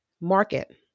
market